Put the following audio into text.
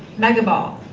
mega ball,